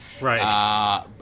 Right